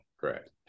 Correct